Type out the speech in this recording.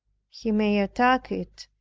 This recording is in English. he may attack it,